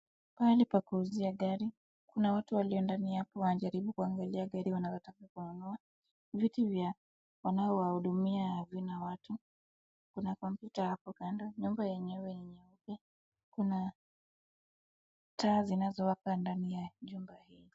Pahali pa kuuzia gari. Kuna watu walio ndani hapo wanajaribu kuangalia gari wanayotaka kununua. Viti vya wanaowahudumia havina watu. Kuna kompyuta hapo kando. Nyumba yenyewe ni nyeupe. Kuna taa zinazowaka ndani ya jumba hii.